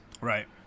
Right